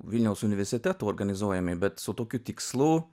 vilniaus universiteto organizuojami bet su tokiu tikslu